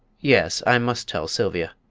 yes i must tell sylvia.